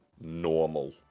normal